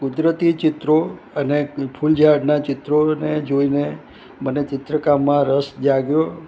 કુદરતી ચિત્રો અને ફૂલ ઝાડનાં ચિત્રોને જોઈને મને ચિત્રકામમાં રસ જાગ્યો